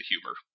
humor